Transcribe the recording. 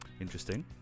Interesting